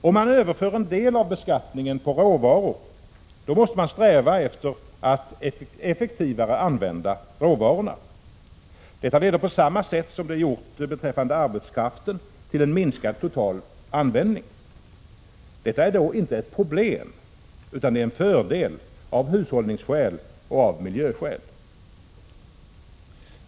Om en del av beskattningen överförs på råvaror, måste man sträva efter en effektivare användning av råvarorna. Detta leder på samma sätt som det har gjort beträffande arbetskraften till en minskad total användning. Detta är då inte ett problem utan en fördel av hushållningsskäl och av miljöskäl.